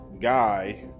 Guy